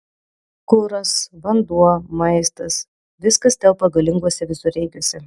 kuras vanduo maistas viskas telpa galinguose visureigiuose